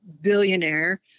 billionaire